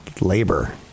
labor